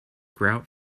grout